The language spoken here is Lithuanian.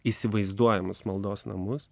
įsivaizduojamus maldos namus